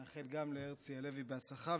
נאחל גם להרצי הלוי הצלחה,